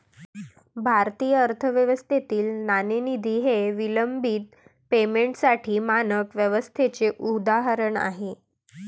भारतीय अर्थव्यवस्थेतील नाणेनिधी हे विलंबित पेमेंटसाठी मानक व्यवस्थेचे उदाहरण आहे